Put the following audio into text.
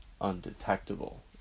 undetectable